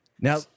Now